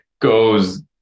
goes